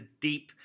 deep